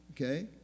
okay